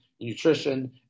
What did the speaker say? nutrition